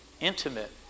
intimate